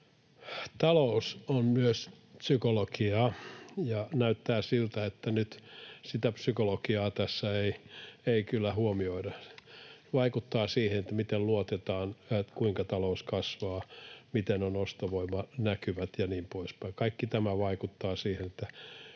Talous on myös psykologiaa, ja näyttää siltä, että nyt sitä psykologiaa tässä ei kyllä huomioida. Se vaikuttaa siihen, miten luotetaan, kuinka talous kasvaa, miten ovat ostovoimanäkyvät ja niin poispäin. Kaikki tämä vaikuttaa siihen,